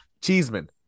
Cheeseman